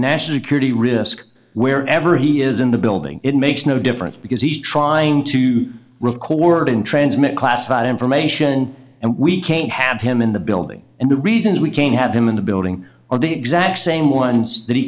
national security risk wherever he is in the building it makes no difference because he's trying to record and transmit classified information and we can't have him in the building and the reason we can't have him in the building are the exact same ones that he